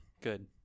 Good